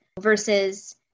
Versus